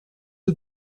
you